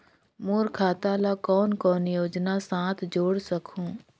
मोर खाता ला कौन कौन योजना साथ जोड़ सकहुं?